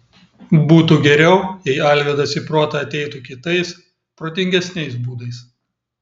būtų geriau jei alvydas į protą ateitų kitais protingesniais būdais